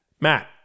Matt